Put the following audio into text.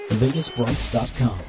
VegasBrights.com